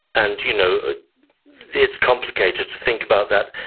and you know ah it's complicated to think about that.